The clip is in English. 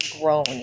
grown